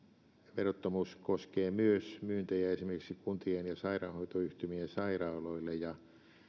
verottomuus koskee myös myyntejä esimerkiksi kuntien ja sairaanhoitoyhtymien sairaaloille ja